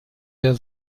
der